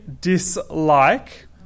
dislike